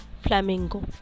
Flamingo